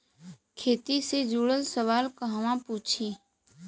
खेती से जुड़ल सवाल कहवा पूछी?